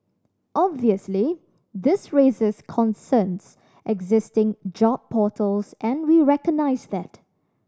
obviously this raises concerns existing job portals and we recognise that